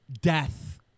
death